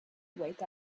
wake